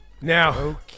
Now